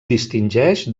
distingeix